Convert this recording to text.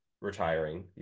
retiring